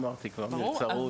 אבל,